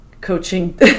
coaching